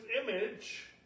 image